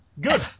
good